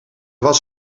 was